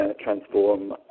Transform